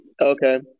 Okay